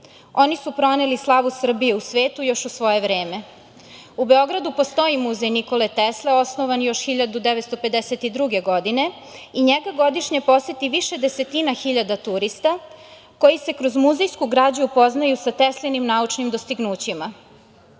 oni su proneli slavu Srbije u svetu još u svoje vreme.U Beogradu postoji muzej Nikole Tesle, osnovan još 1952. godine i njega godišnje poseti više desetina hiljada turista koji se kroz muzejsku građu upoznaju sa Teslinim naučnim dostignućima.S